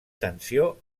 tensió